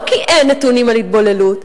לא כי אין נתונים על התבוללות,